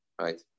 Right